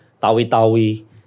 Tawi-Tawi